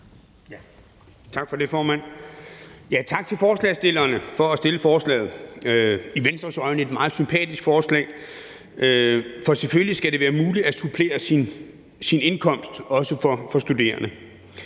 Tak for det, formand. Tak til forslagsstillerne for at fremsætte forslaget – i Venstres øjne et meget sympatisk forslag, for selvfølgelig skal det være muligt at supplere sin indkomst, også for studerende.